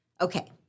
Okay